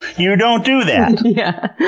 you don't do that! yeah.